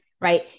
right